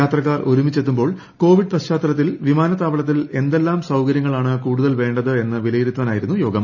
യാത്രക്കാർ ഒരുമിച്ചെത്തുമ്പോൾ കോവിഡ് പശ്ചാത്തലത്തിൽ വിമാനത്താവളത്തിൽ എന്തെല്ലാം സൌകര്യങ്ങൾ ആണ് കൂടുതൽ വേണ്ടത് എന്ന് വിലയിരുത്താനായിരുന്നു യോഗം